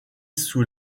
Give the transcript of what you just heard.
sous